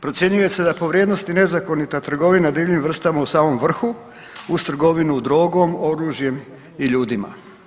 Procjenjuje se da po vrijednosti nezakonita trgovina divljim vrstama u samom vrhu uz trgovinu drogom, oružjem i ljudima.